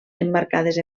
emmarcades